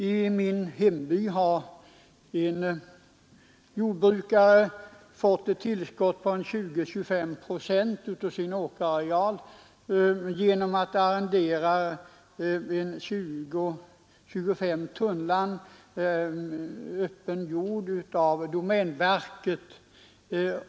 I min hemby har en jordbrukare fått ett tillskott på 20 å 25 procent av sin åkerareal genom att arrendera 20 å 25 tunnland öppen jord av domänverket.